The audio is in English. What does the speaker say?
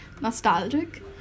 nostalgic